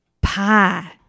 pie